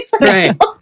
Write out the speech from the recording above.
Right